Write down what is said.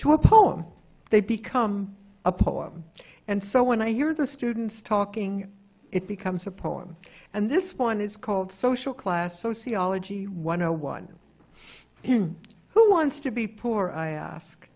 to a poem they become a poem and so when i hear the students talking it becomes a poem and this one is called social class sociology one o one who wants to be poor i ask